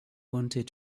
wanted